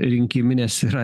rinkiminės yra